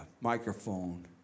microphone